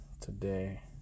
today